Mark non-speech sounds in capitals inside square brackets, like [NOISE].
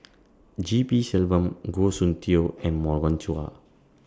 [NOISE] G P Selvam Goh Soon Tioe and Morgan Chua